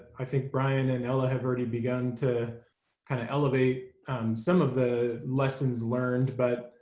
i think brian and ella have already begun to kind of elevate some of the lessons learned. but